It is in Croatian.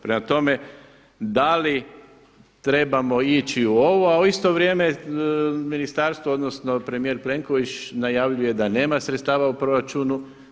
Prema tome, da li trebamo ići u ovo, a u isto vrijeme ministarstvo odnosno premijer Plenković najavljuje da nema sredstava u proračunu.